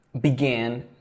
began